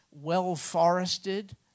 well-forested